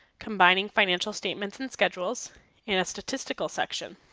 combining financial statements, and schedules in a statistical section.